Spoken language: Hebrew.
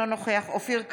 אינו נוכח אופיר כץ,